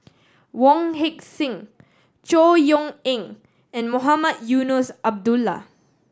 Wong Heck Sing Chor Yeok Eng and Mohamed Eunos Abdullah